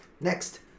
Next